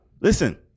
Listen